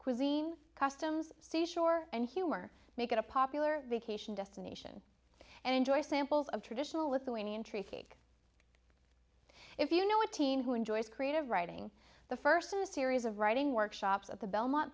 cuisine customs seashore and humor make it a popular vacation destination and enjoy samples of traditional lithuanian traffic if you know a teen who enjoys creative writing the first of a series of writing workshops at the belmont